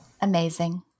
Amazing